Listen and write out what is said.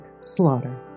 Slaughter